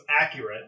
accurate